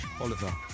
Oliver